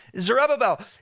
Zerubbabel